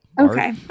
Okay